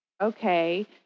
okay